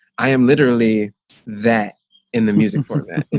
i am literally that in the music format.